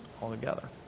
altogether